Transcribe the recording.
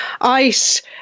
ice